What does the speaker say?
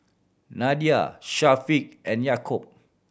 Nadia Syafiq and Yaakob